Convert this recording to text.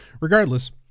regardless